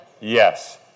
yes